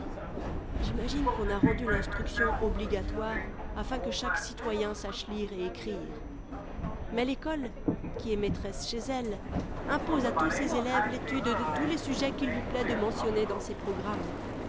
j'imagine qu'on a rendu l'instruction obligatoire afin que chaque citoyen sache lire et écrire mais l'ecole qui est maîtresse chez elle impose à tous ses élèves l'étude de tous les sujets qu'il lui plaît de mentionner dans ses programmes